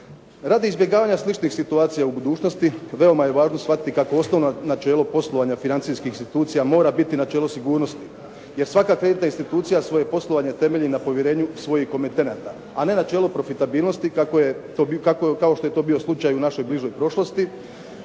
Radi izbjegavanja sličnih situacija u budućnosti veoma je važno shvatiti kako osnovno načelo poslovanja financijskih institucija mora biti načelo sigurnosti jer svaka kreditna institucija svoje poslovanje temelji na povjerenju svojih komitenata a ne načelu profitabilnosti kako je, kao što je bio slučaj u našoj bližoj prošlosti